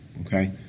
okay